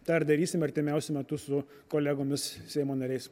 tą ir darysim artimiausiu metu su kolegomis seimo nariais